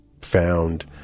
found